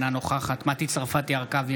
אינה נוכחת מטי צרפתי הרכבי,